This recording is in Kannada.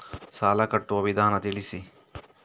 ಸಾಲ ಕಟ್ಟುವ ವಿಧಾನ ತಿಳಿಸಿ?